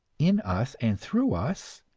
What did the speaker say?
in us and through us?